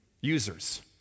users